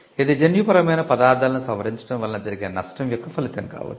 ఇది జన్యుపరమైన పదార్థాలను సవరించడం వలన జరిగే నష్టం యొక్క ఫలితం కావచ్చు